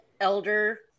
elder